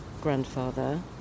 grandfather